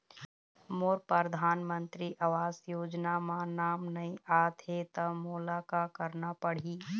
मोर परधानमंतरी आवास योजना म नाम नई आत हे त मोला का करना पड़ही?